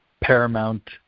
paramount